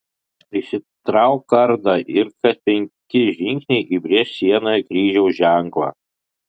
išsitrauk kardą ir kas penki žingsniai įbrėžk sienoje kryžiaus ženklą